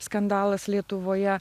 skandalas lietuvoje